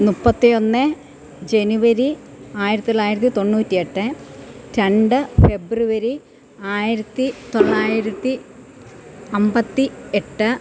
മുപ്പത്തി ഒന്ന് ജനുവരി ആയിരത്തിത്തൊള്ളായിരത്തി തൊണ്ണൂറ്റി എട്ട് രണ്ട് ഫെബ്രുവരി ആയിരത്തി തൊള്ളായിരത്തി അമ്പത്തി എട്ട്